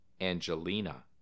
Angelina